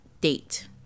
date